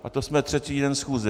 A to jsme třetí den schůze.